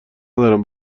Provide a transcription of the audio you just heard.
ندارم